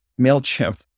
Mailchimp